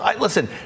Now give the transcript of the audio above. listen